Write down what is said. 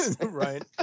right